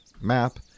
map